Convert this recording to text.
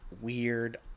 weird